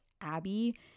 Abby